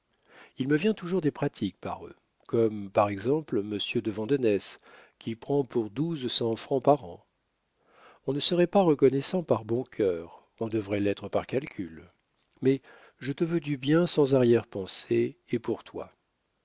il me vient toujours des pratiques par eux comme par exemple monsieur de vandenesse qui prend pour douze cents francs par an on ne serait pas reconnaissant par bon cœur on devrait l'être par calcul mais je te veux du bien sans arrière-pensée et pour toi